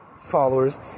followers